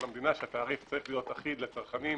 המדינה שהתעריף צריך להיות אחיד לצרכנים,